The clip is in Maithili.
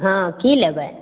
हॅं की लेबै